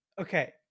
okay